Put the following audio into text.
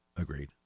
agreed